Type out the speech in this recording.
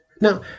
Now